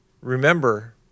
Remember